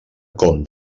com